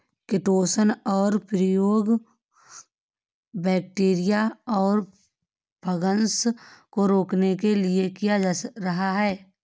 chitosan का प्रयोग bacteria और फँगस को रोकने के लिए किया जा रहा है